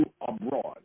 abroad